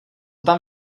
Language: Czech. tam